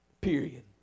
Period